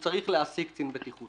צריך להעסיק קצין בטיחות.